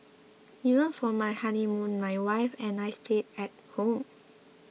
even for my honeymoon my wife and I stayed at home